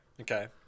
Okay